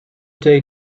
day